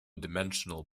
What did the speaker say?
dimensional